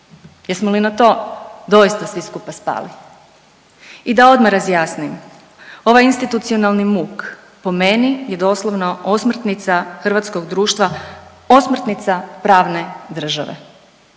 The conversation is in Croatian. Jesmo li na to doista, svi skupa spali? I da odmah razjasnim, ovaj institucionalni muk po meni je doslovno osmrtnica hrvatskog društva, osmrtnica pravne države.